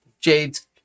Jade's